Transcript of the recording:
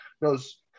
knows